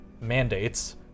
mandates